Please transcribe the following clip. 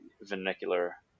vernacular